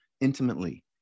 intimately